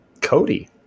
Cody